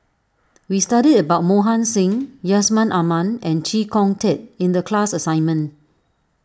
we studied about Mohan Singh Yusman Aman and Chee Kong Tet in the class assignment